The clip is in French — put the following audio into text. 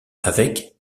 avec